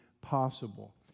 possible